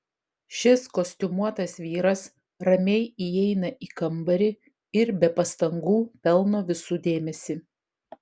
šis kostiumuotas vyras ramiai įeina į kambarį ir be pastangų pelno visų dėmesį